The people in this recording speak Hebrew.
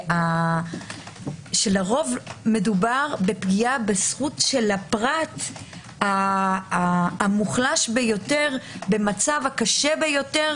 שלרוב מודבר בפגיעה בזכות הפרט המוחלש ביותר במצב הקשה ביותר,